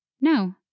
No